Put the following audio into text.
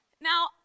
Now